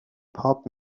pop